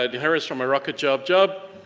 it inherits from a rocketjob job,